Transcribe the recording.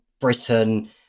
Britain